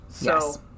Yes